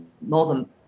northern